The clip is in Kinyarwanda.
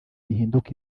bihindura